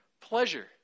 pleasure